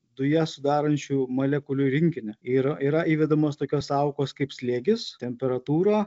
dujas sudarančių molekulių rinkinį ir yra įvedamos tokios sąvokos kaip slėgis temperatūra